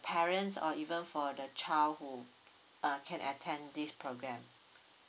parents or even for the child who uh can attend this program